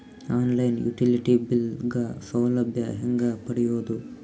On line utility bill ಗ ಸೌಲಭ್ಯ ಹೇಂಗ ಪಡೆಯೋದು?